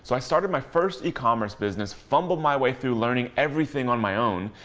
so i started my first e-commerce business, fumbled my way through learning everything on my own,